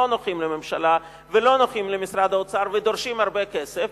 נוחים לממשלה ולא נוחים למשרד האוצר ודורשים הרבה כסף,